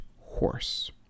horse